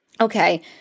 okay